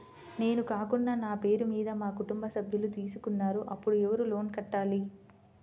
నేను కాకుండా నా పేరు మీద మా కుటుంబ సభ్యులు తీసుకున్నారు అప్పుడు ఎవరు లోన్ డబ్బులు కట్టాలి?